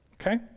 Okay